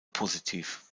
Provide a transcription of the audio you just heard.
positiv